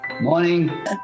Morning